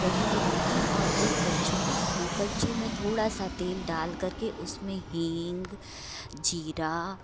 दही लेते हैं और एक कलछुल लेते हैं कलछुल में थोड़ा सा तेल डालकर के उसमें हिंग जीरा